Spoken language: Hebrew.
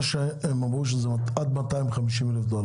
מה שהם אמרו שזה עד 250 אלף דולר